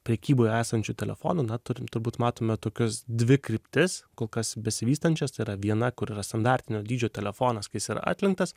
prekyboje esančių telefonų na turim turbūt matome tokias dvi kryptis kol kas besivystančias tai yra viena kur yra standartinio dydžio telefonas kai jis yra atlenktas